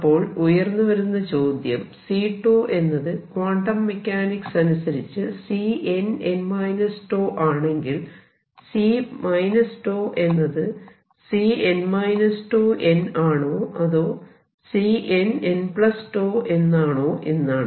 അപ്പോൾ ഉയർന്നു വരുന്ന ചോദ്യം C എന്നത് ക്വാണ്ടം മെക്കാനിക്സ് അനുസരിച്ച് Cnn ആണെങ്കിൽ C എന്നത് Cn τn ആണോ അതോ Cnnഎന്നാണോ എന്നാണ്